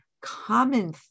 common